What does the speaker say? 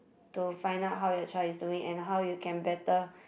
to find out how your child is doing and how you can better